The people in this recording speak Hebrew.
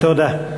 תודה.